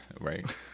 Right